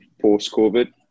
post-COVID